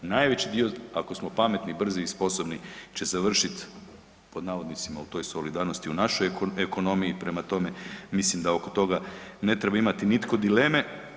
Najveći dio ako smo pametni, brzi i sposobni će završit pod navodnici u toj solidarnosti u našoj ekonomiji, prema tome mislim da oko toga ne treba imati nitko dileme.